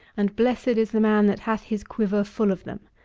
and blessed is the man that hath his quiver full of them.